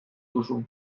duzu